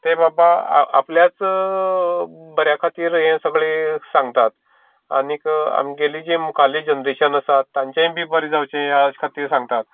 तें बाबा आपल्याच बऱ्या खातीर हें सगळें सांगतात आनीक आमगेलीं जी मुखाल्ली जनरेशन आसा तांच्येय बी बरें जावचें म्हण आज सांगतां